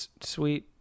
sweet